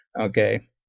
Okay